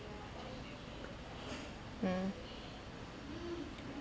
mm